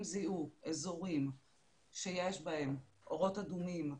אם זיהו אזורים שיש בהם אורות אדומים,